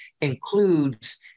includes